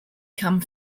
come